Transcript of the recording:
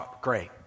great